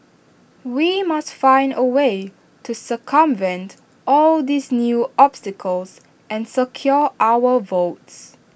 we must find A way to circumvent all these new obstacles and secure our votes